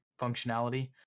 functionality